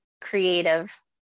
creative